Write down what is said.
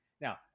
Now